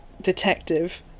detective